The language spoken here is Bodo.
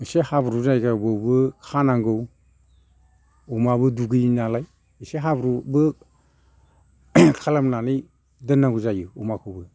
इसे हाब्रु जायगायावबो खानांगौ अमायाबो दुगैयो नालाय इसे हाब्रुबो खालामनानै दोननांगौ जायो अमाखौबो